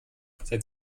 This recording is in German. seit